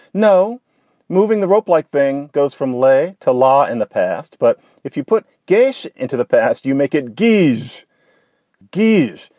no moving the rope like thing goes from laye to law in the past. but if you put geshe into the past, you make it ghys ghys.